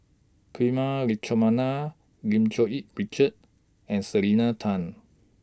Prema Letchumanan Lim Cherng Yih Richard and Selena Tan